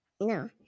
No